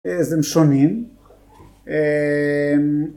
אז הם שונים